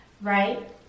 right